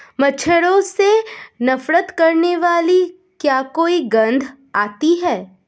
मच्छरों से नफरत करने वाली क्या कोई गंध आती है?